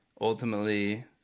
ultimately